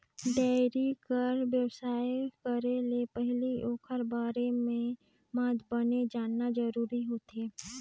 dairy कर बेवसाय करे ले पहिली ओखर बारे म बने जानना जरूरी होथे